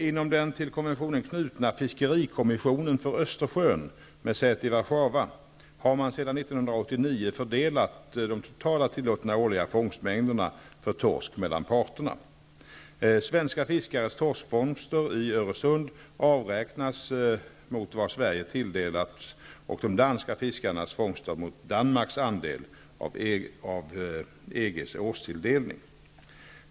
Inom den till konventionen knutna Fiskerikommissionen för Östersjön, med säte i Warszawa, har man sedan Svenska fiskares torskfångster i Öresund avräknas mot vad Sverige tilldelats, och de danska fiskarnas fångster avräknas mot Danmarks andel av EG:s årstilldelning.